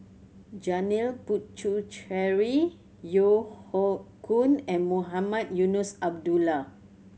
Janil Puthucheary Yeo Hoe Koon and Mohamed Eunos Abdullah